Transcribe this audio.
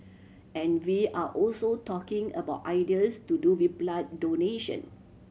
and we are also talking about ideas to do with blood donation